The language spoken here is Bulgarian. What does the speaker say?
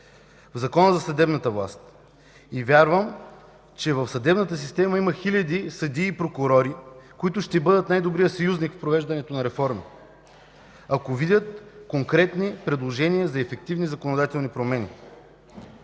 в Закона за съдебната власт. Вярвам, че в съдебната система има хиляди съдии и прокурори, които ще бъдат най-добрият съюзник в провеждането на реформата, ако видят конкретни предложения за ефективни законодателни промени.